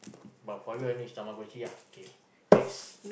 but for you only is Tamagochi ah okay next